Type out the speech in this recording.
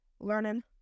learning